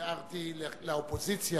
הערתי לאופוזיציה,